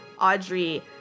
Audrey